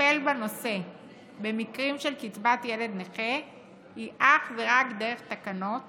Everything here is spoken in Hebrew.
לטפל בנושא במקרים של קצבת ילד נכה היא אך ורק דרך תקנות